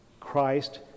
Christ